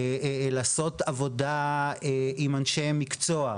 לעשות עבודה עם אנשים מקצוע,